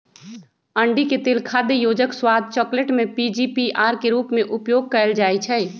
अंडिके तेल खाद्य योजक, स्वाद, चकलेट में पीजीपीआर के रूप में उपयोग कएल जाइछइ